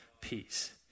peace